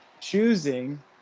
choosing